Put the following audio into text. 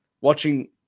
Watching